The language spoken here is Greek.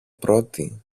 πρώτη